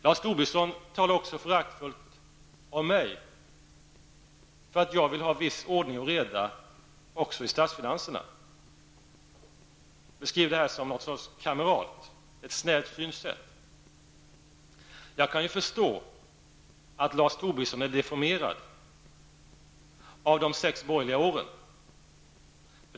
Lars Tobisson talar också föraktfullt om mig för att jag vill ha en viss ordning och reda också i statsfinanserna. Jag beskrivs som en kamrat med snävt synsätt. Jag kan förstå att Lars Tobisson är deformerad av de sex borgerliga åren.